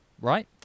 right